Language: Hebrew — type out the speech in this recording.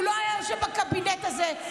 הוא לא היה יושב בקבינט הזה,